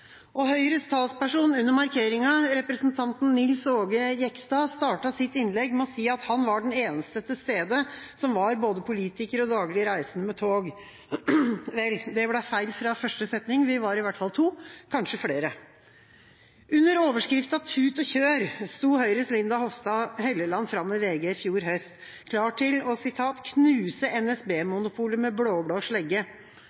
bedre. Høyres talsperson under markeringa, representanten Nils Aage Jegstad, startet sitt innlegg med å si at han var den eneste til stede som var både politiker og daglig reisende med tog. Vel, det ble feil fra første setning. Vi var i hvert fall to – kanskje flere. Under overskriften «Tut og kjør!» sto Høyres Linda Hofstad Helleland fram i VG i fjor høst, klar til å knuse NSB-monopolet med